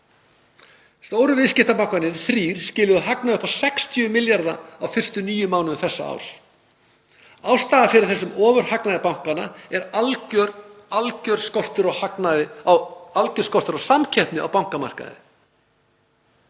Stóru viðskiptabankarnir þrír skiluðu hagnaði upp á 60 milljarða kr. á fyrstu níu mánuðum ársins. Ástæðan fyrir þessum ofurhagnaði bankanna er algjör skortur á samkeppni á bankamarkaði.